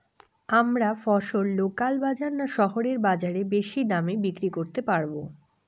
আমরা ফসল লোকাল বাজার না শহরের বাজারে বেশি দামে বিক্রি করতে পারবো?